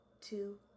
two